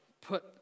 put